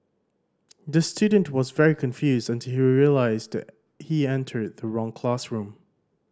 the student was very confused until he realised he entered the wrong classroom